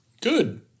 Good